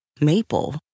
maple